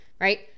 right